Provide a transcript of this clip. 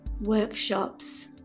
workshops